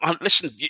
listen